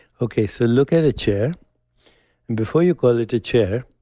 okay. so look at a chair and before you call it a chair,